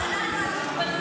--- בדמותו.